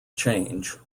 change